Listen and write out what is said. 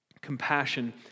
Compassion